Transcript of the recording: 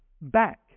back